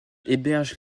héberge